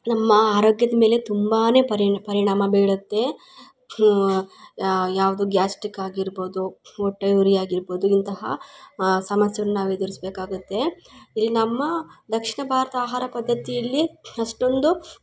ನಮ್ಮ ಆರೋಗ್ಯದ ಮೇಲೆ ತುಂಬಾ ಪರಿಣ ಪರಿಣಾಮ ಬೀಳುತ್ತೆ ಯಾವುದು ಗ್ಯಾಸ್ಟ್ರಿಕ್ ಆಗಿರ್ಬೋದು ಹೊಟ್ಟೆ ಉರಿ ಆಗಿರ್ಬೋದು ಇಂತಹ ಸಮಸ್ಯೆಯನ್ ನಾವು ಎದುರಿಸಬೇಕಾಗುತ್ತೆ ಇಲ್ಲಿ ನಮ್ಮ ದಕ್ಷಿಣ ಭಾರತ ಆಹಾರ ಪದ್ದತಿಯಲ್ಲಿ ಅಷ್ಟೊಂದು